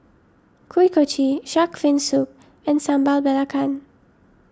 Kuih Kochi Shark's Fin Soup and Sambal Belacan